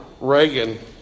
Reagan